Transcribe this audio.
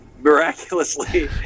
miraculously